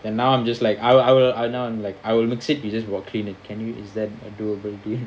and now I'm just like I will I will ah now I'm like I will mix it you just clean it can you is that uh do-able to you